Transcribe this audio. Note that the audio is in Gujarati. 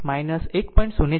અને તે i ∞ 1